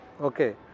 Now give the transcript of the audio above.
Okay